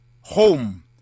home